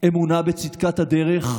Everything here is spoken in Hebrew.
אמונה בצדקת הדרך.